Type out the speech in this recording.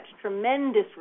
tremendous